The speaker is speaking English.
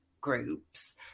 groups